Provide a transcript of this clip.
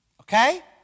Okay